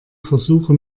versuche